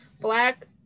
black